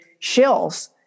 shills